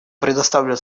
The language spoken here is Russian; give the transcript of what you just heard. предоставляю